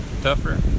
tougher